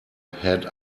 head